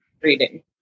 reading